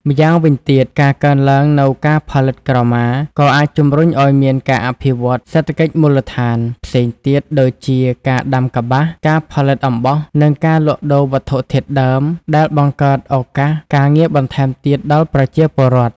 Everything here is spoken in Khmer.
ម្យ៉ាងវិញទៀត ការកើនឡើងនូវការផលិតក្រមា ក៏អាចជំរុញឲ្យមានការអភិវឌ្ឍន៍ សេដ្ឋកិច្ចមូលដ្ឋាន ផ្សេងទៀត ដូចជាការដាំកប្បាស ការផលិតអំបោះ និងការលក់ដូរវត្ថុធាតុដើម ដែលបង្កើតឱកាសការងារបន្ថែមទៀតដល់ប្រជាពលរដ្ឋ។